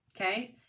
Okay